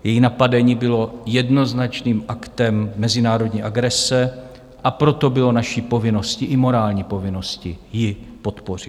Její napadení bylo jednoznačným aktem mezinárodní agrese, a proto bylo naší povinností, i morální povinností, ji podpořit.